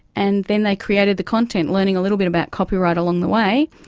and then they created the content, learning a little bit about copyright along the way.